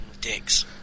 Dicks